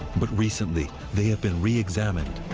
but recently, they have been re-examined.